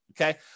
okay